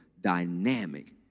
dynamic